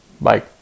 Bye